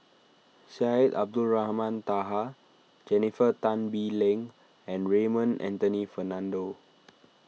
Syed Abdulrahman Taha Jennifer Tan Bee Leng and Raymond Anthony Fernando